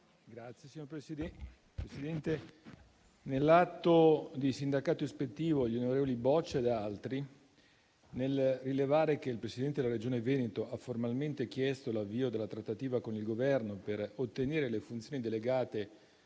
finanze*. Signora Presidente, nell'atto di sindacato ispettivo gli onorevoli interpellanti, nel rilevare che il Presidente della Regione Veneto ha formalmente chiesto l'avvio della trattativa con il Governo per ottenere le funzioni delegate